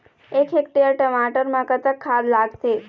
एक हेक्टेयर टमाटर म कतक खाद लागथे?